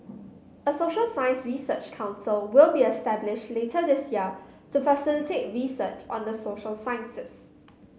a social science research council will be established later this year to facilitate research on the social sciences